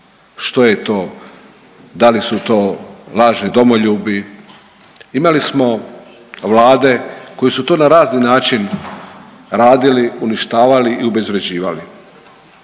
što je to, da li su to lažni domoljubi. Imali smo vlade koje su to na razni način radili, uništavali i obezvrjeđivali.